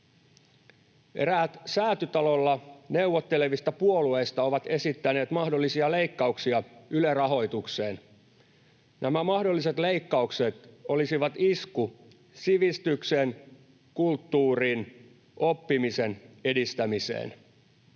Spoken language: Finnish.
Eräät Säätytalolla neuvottelevista puolueista ovat esittäneet mahdollisia leikkauksia Yle-rahoitukseen. Nämä mahdolliset leikkaukset olisivat isku sivistyksen, kulttuurin, oppimisen edistämiseen.